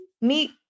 meet